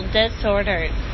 disorders